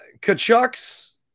Kachuk's